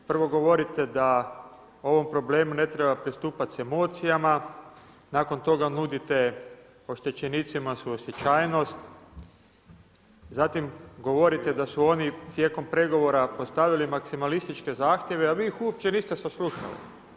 Prvo govorite da ovom problema ne treba pristupati sa emocijama, nakon toga nudite oštećenicima suosjećajnost, zatim govorite da su oni tijekom pregovora postavili maksimalističke zahtjeve a vi ih uopće niste saslušali.